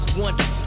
wonder